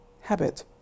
Habit